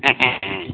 હેં હેં હેં